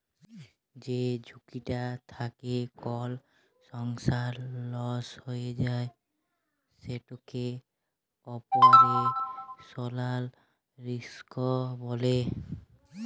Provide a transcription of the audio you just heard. যে ঝুঁকিটা থ্যাকে কল সংস্থার লস হঁয়ে যায় সেটকে অপারেশলাল রিস্ক ব্যলে